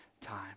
time